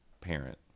parent